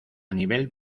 nivel